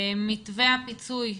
מתווה הפיצוי,